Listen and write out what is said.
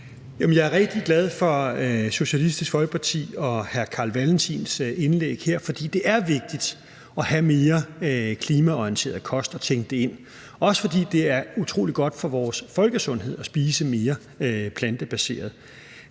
Jeg er rigtig glad for Socialistisk Folkeparti og hr. Carl Valentins indlæg her, for det er vigtigt at have mere klimaorienteret kost, at tænke det ind, også fordi det er utrolig godt for vores folkesundhed at spise mere plantebaseret.